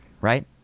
right